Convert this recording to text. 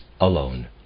alone